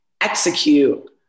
execute